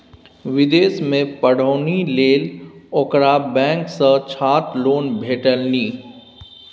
विदेशमे पढ़ौनी लेल ओकरा बैंक सँ छात्र लोन भेटलनि